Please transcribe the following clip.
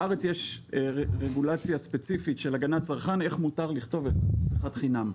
בארץ יש רגולציה ספציפית להגנת הצרכן איך מותר לכתוב 1+1 חינם.